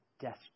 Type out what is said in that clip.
desperate